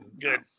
Good